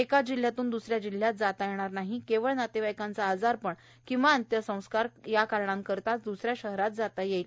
एका जिल्ह्यातून द्सऱ्या जिल्ह्यात जाता येणार नाही केवळ नातेवाईकांचं आजारपण किंवा अंत्यसंस्कार या कारणांसाठीच द्सऱ्या शहरात जाता येईल